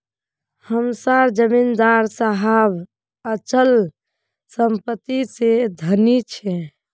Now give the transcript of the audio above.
हम सार जमीदार साहब अचल संपत्ति से धनी छे